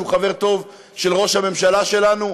שהוא חבר טוב של ראש הממשלה שלנו,